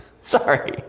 Sorry